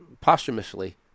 posthumously